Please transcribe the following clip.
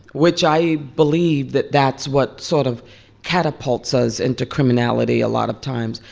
which i believe that that's what sort of catapults us into criminality a lot of times.